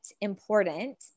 important